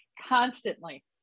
constantly